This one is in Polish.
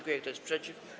Kto jest przeciw?